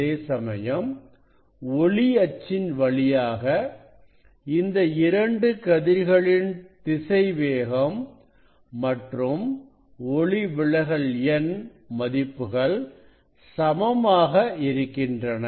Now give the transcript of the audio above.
அதேசமயம் ஒளி அச்சின் வழியாக இந்த இரண்டு கதிர்களின் திசைவேகம் மற்றும் ஒளி விலகல் எண் மதிப்புகள் சமமாக இருக்கின்றன